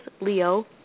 Leo